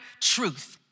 truth